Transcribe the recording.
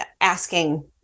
asking